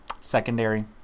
secondary